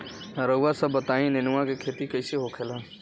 रउआ सभ बताई नेनुआ क खेती कईसे होखेला?